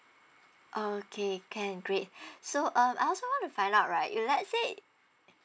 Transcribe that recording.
orh okay can great so um I also want to find out right if let say